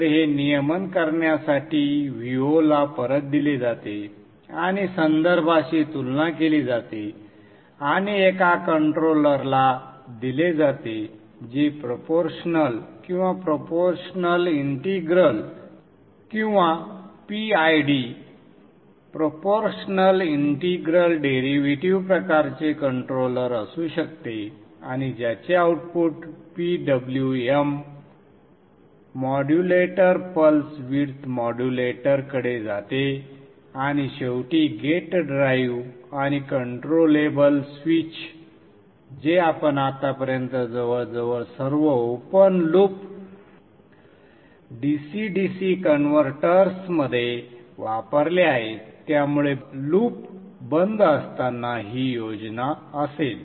तर हे नियमन करण्यासाठी Vo ला परत दिले जाते आणि संदर्भाशी तुलना केली जाते आणि एका कंट्रोलरला दिले जाते जे प्रोपोर्शनल किंवा प्रोपोर्शनल इंटिग्रल किंवा PID प्रोपोर्शनल इंटिग्रल डेरिव्हेटिव्ह प्रकारचे कंट्रोलर असू शकते आणि ज्याचे output PWM modulator pulse width मॉड्युलेटरकडे जाते आणि शेवटी गेट ड्राइव्ह आणि कंट्रोलेबल स्विच जे आपण आतापर्यंत जवळजवळ सर्व ओपन लूप DC DC कन्व्हर्टर्समध्ये वापरले आहेत त्यामुळे लूप बंद करताना ही योजना असेल